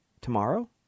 tomorrow